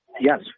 Yes